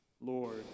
Lord